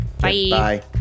Bye